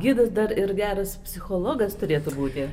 gidas dar ir geras psichologas turėtų būti